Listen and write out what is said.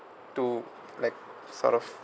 to like sort of